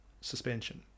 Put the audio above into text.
suspension